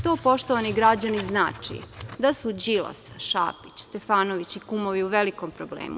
To, poštovani građani, znači da su Đilas, Šapić, Stefanović i kumovi u velikom problemu.